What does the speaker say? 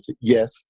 yes